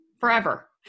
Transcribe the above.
Forever